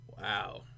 Wow